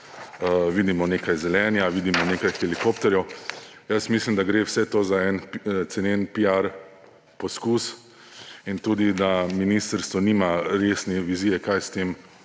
vidimo nekaj zelenja, vidimo nekaj helikopterjev. Mislim, da gre vse to za en cenen piar poskus in tudi da ministrstvo nima resne vizije, kaj s tem